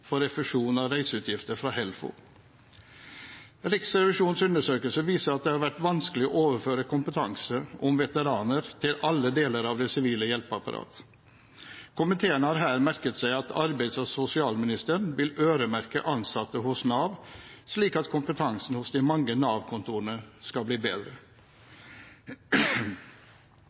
for refusjon av reiseutgifter fra HELFO. Riksrevisjonens undersøkelse viser at det har vært vanskelig å overføre kompetanse om veteraner til alle deler av det sivile hjelpeapparatet. Komiteen har her merket seg at arbeids- og sosialministeren vil «øremerke» ansatte hos Nav, slik at kompetansen ved de mange Nav-kontorene skal bli bedre.